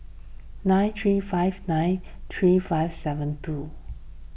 nine three five nine three five seven two